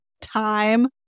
time